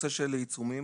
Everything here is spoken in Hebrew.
בנושא העיצומים,